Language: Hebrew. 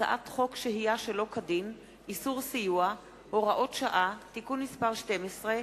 הצעת חוק שהייה שלא כדין (איסור סיוע) (הוראות שעה) (תיקון מס' 12),